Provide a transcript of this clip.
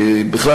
בכלל,